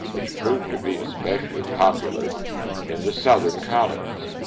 which proved to be especially popular in the southern colonies.